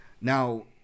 Now